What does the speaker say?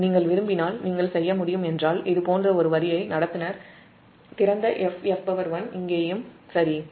நீங்கள் விரும்பினால் இது போன்ற ஒரு திறந்த கடத்தி வரியை F F1 நீங்கள் செய்ய முடியும்